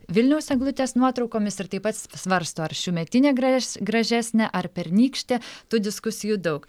vilniaus eglutės nuotraukomis ir taip pat svarsto ar šiųmetinė gres gražesnė ar pernykštė tų diskusijų daug